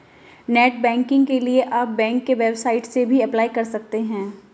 net banking के लिए आप बैंक की वेबसाइट से भी अप्लाई कर सकते है